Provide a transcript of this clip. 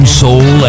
soul